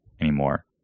anymore